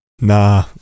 Nah